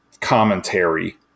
commentary